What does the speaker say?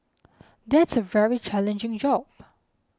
that's a very challenging job